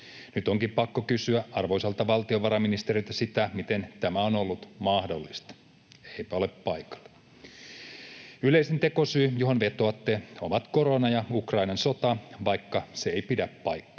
Nyt onkin pakko kysyä arvoisalta valtiovarainministeriltä sitä, miten tämä on ollut mahdollista. — Eipä ole paikalla. Yleisin tekosyy, johon vetoatte, ovat korona ja Ukrainan sota, vaikka se ei pidä paikkaansa.